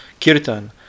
kirtan